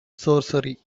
sorcery